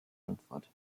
antwort